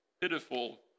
pitiful